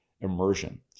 immersion